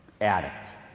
addict